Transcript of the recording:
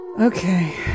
Okay